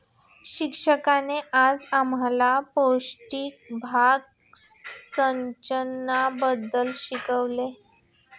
शिक्षकांनी आज आम्हाला पृष्ठभाग सिंचनाबद्दल शिकवले